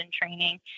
training